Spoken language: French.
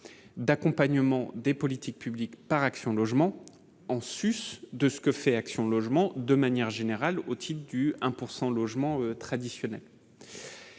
d'accompagnement des politiques publiques par Action logement en Suisse, de ce que fait Action logement de manière générale, au titre du 1 pourcent logement traditionnel.